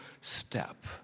step